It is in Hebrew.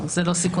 סיכון.